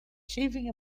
shaving